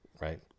right